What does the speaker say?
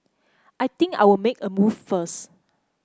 I think I'll make a move first